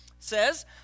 says